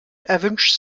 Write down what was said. erwünscht